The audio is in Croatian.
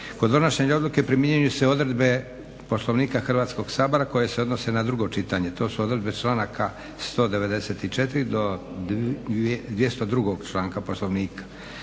Kod donošenja Odluke primjenjuju se odredbe Poslovnika Hrvatskog sabora koje se odnose na drugo čitanje. To su odredbe članaka 194. do 202. članka Poslovnika.